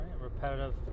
Repetitive